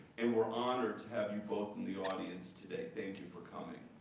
and we're honored to have you both in the audience today. thank you for coming.